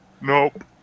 Nope